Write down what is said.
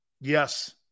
yes